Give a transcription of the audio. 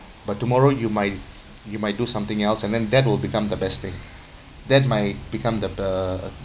but tomorrow you might you might do something else and then that will become the best thing that might become the best